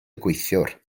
gweithiwr